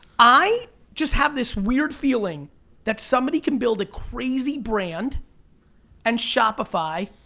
i just have this weird feeling that somebody can build a crazy brand and shopify,